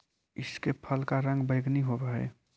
इसके फल का रंग बैंगनी होवअ हई